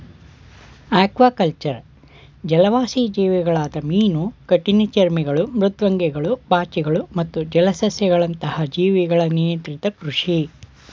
aquaculture ಜಲವಾಸಿ ಜೀವಿಗಳಾದ ಮೀನು ಕಠಿಣಚರ್ಮಿಗಳು ಮೃದ್ವಂಗಿಗಳು ಪಾಚಿಗಳು ಮತ್ತು ಜಲಸಸ್ಯಗಳಂತಹ ಜೀವಿಗಳ ನಿಯಂತ್ರಿತ ಕೃಷಿ